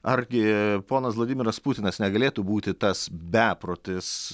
argi ponas vladimiras putinas negalėtų būti tas beprotis